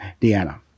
Deanna